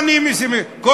כל זה היה פתיח בשביל הסוגיה?